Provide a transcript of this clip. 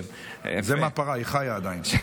זה מהפרה, היא עדיין חיה.